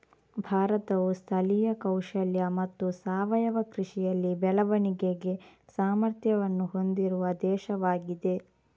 ಭಾರತವು ಸ್ಥಳೀಯ ಕೌಶಲ್ಯ ಮತ್ತು ಸಾವಯವ ಕೃಷಿಯಲ್ಲಿ ಬೆಳವಣಿಗೆಗೆ ಸಾಮರ್ಥ್ಯವನ್ನು ಹೊಂದಿರುವ ದೇಶವಾಗಿದೆ